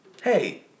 Hey